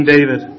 David